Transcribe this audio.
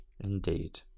Indeed